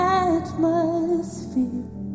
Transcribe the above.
atmosphere